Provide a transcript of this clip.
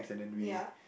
ya